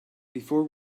before